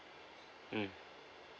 mm